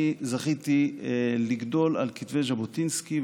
אני זכיתי לגדול על כתבי ז'בוטינסקי,